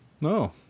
No